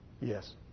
Yes